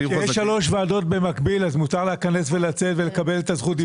יש שלוש ועדות במקביל ולכן מותר להיכנס ולצאת ולקבל את זכות הדיבור שלה.